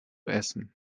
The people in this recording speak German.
essen